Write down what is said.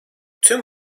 tüm